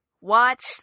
Watch